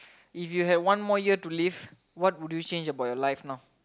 if you have one more year to live what would you change about your life now